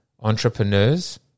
entrepreneurs